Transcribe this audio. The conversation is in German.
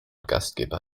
gastgeber